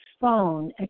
phone